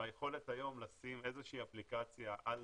והיכולת היום לשים איזו שהיא אפליקציה על